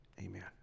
amen